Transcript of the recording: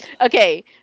Okay